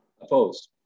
Opposed